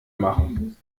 machen